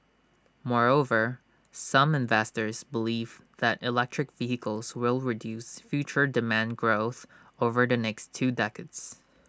moreover some investors believe that electric vehicles will reduce future demand growth over the next two decades